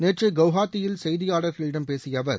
நேற்று குவஹாத்தியில் செய்தியாளர்களிடம் பேசிய அவர்